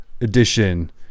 edition